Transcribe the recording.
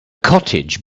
cottage